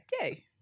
Yay